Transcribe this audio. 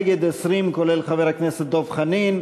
נגד, 20, כולל חבר הכנסת דב חנין.